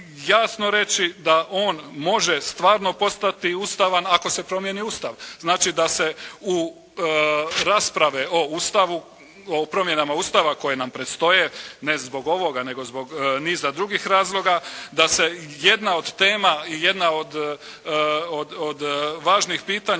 jasno reći da on može stvarno postati ustavan ako promijeni Ustav, znači da se u rasprave u Ustavu, o promjenama Ustava koje nam predstoje, ne zbog ovoga nego zbog niza drugih razloga, da se jedna od tema, jedna od važnih pitanja